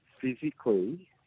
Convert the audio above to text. Physically